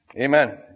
Amen